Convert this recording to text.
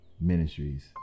Ministries